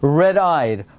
red-eyed